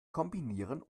kombinieren